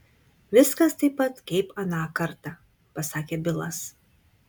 viskas taip pat kaip aną kartą pasakė bilas